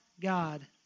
God